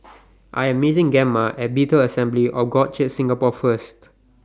I Am meeting Gemma At Bethel Assembly of God Church Singapore First